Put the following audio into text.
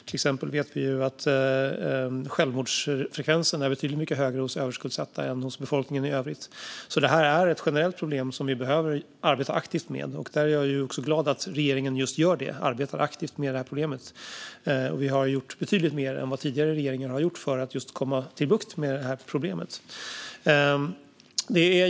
Till exempel vet vi att självmordsfrekvensen är betydligt mycket högre hos överskuldsatta än hos befolkningen i övrigt. Det här är alltså ett generellt problem som vi behöver arbeta aktivt med. Jag är glad att regeringen gör just det: arbetar aktivt med det här problemet. Vi har gjort betydligt mer än vad tidigare regeringar har gjort för att få bukt med det här problemet.